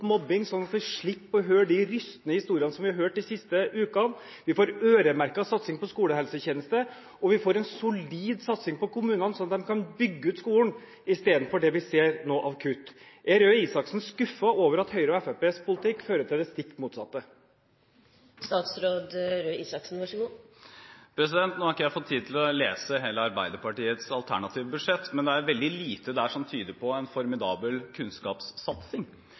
mobbing så vi slipper å høre de rystende historiene som vi har hørt de siste ukene, vi får øremerket satsing på skolehelsetjeneste og vi får en solid satsing på kommunene slik at de kan bygge ut skolen, i stedet for det vi nå ser av kutt. Er Røe Isaksen skuffet over at Høyre og Fremskrittspartiets politikk fører til det stikk motsatte? Nå har ikke jeg fått tid til å lese hele Arbeiderpartiets alternative budsjett, men det er veldig lite der som tyder på en formidabel kunnskapssatsing.